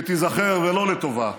שתיזכר ולא לטובה,